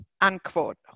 unquote